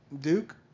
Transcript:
Duke